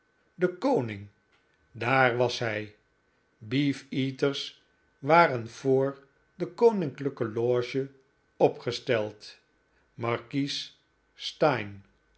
de koning daar was hij beef eaters waren voor de koninklijke loge opgesteld markies steyne